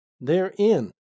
Therein